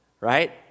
right